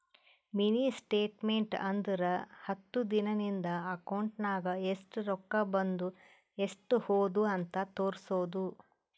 mini statement ಅಂದುರ್ ಹತ್ತು ದಿನಾ ನಿಂದ ಅಕೌಂಟ್ ನಾಗ್ ಎಸ್ಟ್ ರೊಕ್ಕಾ ಬಂದು ಎಸ್ಟ್ ಹೋದು ಅಂತ್ ತೋರುಸ್ತುದ್